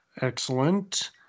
Excellent